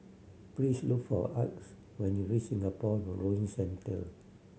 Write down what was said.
please look for Arch when you reach Singapore Rowing Centre